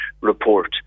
report